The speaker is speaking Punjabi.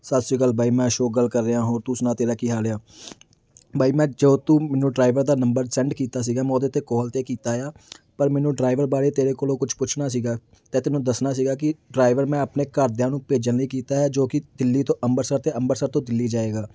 ਸਤਿ ਸ਼੍ਰੀ ਅਕਾਲ ਬਾਈ ਮੈਂ ਅਸ਼ੋਕ ਗੱਲ ਕਰ ਰਿਹਾ ਹੋਰ ਤੂੰ ਸੁਣਾ ਤੇਰਾ ਕੀ ਹਾਲ ਆ ਬਾਈ ਮੈਂ ਜੋ ਤੂੰ ਮੈਨੂੰ ਡਰਾਈਵਰ ਦਾ ਨੰਬਰ ਸੈਂਡ ਕੀਤਾ ਸੀਗਾ ਮੈਂ ਉਹਦੇ 'ਤੇ ਕੋਲ 'ਤੇ ਕੀਤਾ ਆ ਪਰ ਮੈਨੂੰ ਡਰਾਈਵਰ ਬਾਰੇ ਤੇਰੇ ਕੋਲੋਂ ਕੁਛ ਪੁੱਛਣਾ ਸੀਗਾ ਅਤੇ ਤੈਨੂੰ ਦੱਸਣਾ ਸੀਗਾ ਕਿ ਡਰਾਈਵਰ ਮੈਂ ਆਪਣੇ ਘਰਦਿਆਂ ਨੂੰ ਭੇਜਣ ਲਈ ਕੀਤਾ ਹੈ ਜੋ ਕਿ ਦਿੱਲੀ ਤੋਂ ਅੰਮ੍ਰਿਤਸਰ ਅਤੇ ਅੰਮ੍ਰਿਤਸਰ ਤੋਂ ਦਿੱਲੀ ਜਾਵੇਗਾ